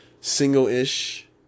Single-ish